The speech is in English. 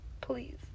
please